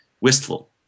wistful